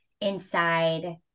inside